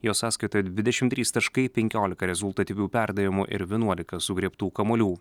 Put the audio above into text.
jo sąskaitoje dvidešimt trys taškai penkiolika rezultatyvių perdavimų ir vienuolika sugriebtų kamuolių